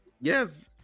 Yes